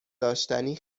داشتنی